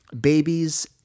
Babies